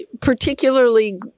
particularly